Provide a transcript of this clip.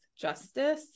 justice